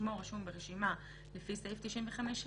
ושמו רשום ברשימה לפי סעיף 95ה,